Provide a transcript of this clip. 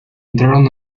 entraron